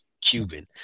Cuban